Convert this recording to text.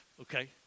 Okay